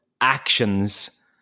actions